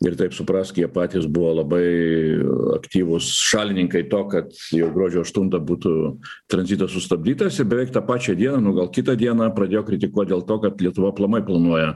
ir taip suprask jie patys buvo labai aktyvūs šalininkai to kad jau gruodžio aštuntą būtų tranzitas sustabdytas ir beveik tą pačią dieną nu gal kitą dieną pradėjo kritikuot dėl to kad lietuva aplamai planuoja